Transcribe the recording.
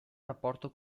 rapporto